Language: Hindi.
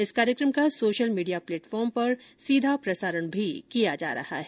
इस कार्यक्रम का सोशल मीडिया प्लेटफार्म पर सीधा प्रसारण किया जा रहा है